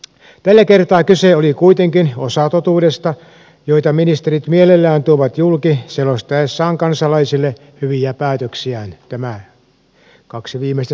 tällä kertaa kyse oli kuitenkin osatotuudesta joita ministerit mielellään tuovat julki selostaessaan kansalaisille hyviä päätöksiään